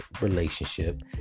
relationship